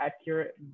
accurate